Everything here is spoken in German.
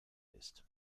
ist